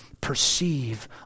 perceive